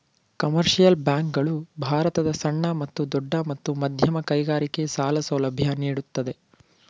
commercial bank ಗಳು ಭಾರತದ ಸಣ್ಣ ಮತ್ತು ದೊಡ್ಡ ಮತ್ತು ಮಧ್ಯಮ ಕೈಗಾರಿಕೆ ಸಾಲ ಸೌಲಭ್ಯ ನೀಡುತ್ತದೆ